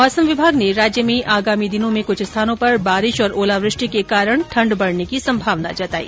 मौसम विभाग ने राज्य में आगामी दिनों में कुछ स्थानों पर बारिश और ओलावृष्टि के कारण ठंड बढ़ने की संभावना जताई